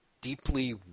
deeply